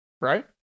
Right